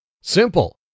Simple